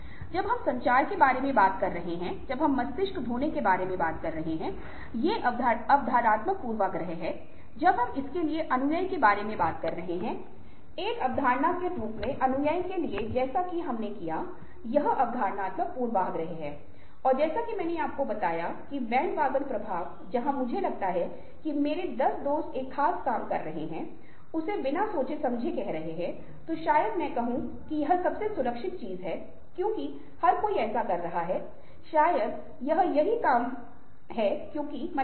जब हम प्रचार के बारे में बात कर रहे हैं जब हम मस्तिष्क धोने के बारे में बात कर रहे हैं ये अवधारणात्मक पूर्वाग्रह हैं जब हम इसके लिए अनुनय के बारे में बात कर रहे हैं कि एक अवधारणा के रूप में अनुनय के लिए जैसा कि हमने किया है कि यह भी अवधारणात्मक पूर्वाग्रह है और जैसा कि मैंने आपको बताया कि बैंडवागन प्रभाव जहां मुझे लगता है कि मेरे 10 दोस्त एक खास काम कर रहे हैं उसे बिना सोचे समझे कह रहे हैं तो शायद मैं कहूं कि यह सबसे सुरक्षित चीज है क्योंकि हर कोई ऐसा कर रहा है शायद यह सही काम है क्योंकि मन आलसी है